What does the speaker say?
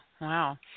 Wow